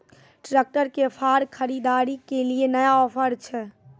Tractor के फार खरीदारी के लिए नया ऑफर छ?